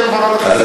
השר וורצמן,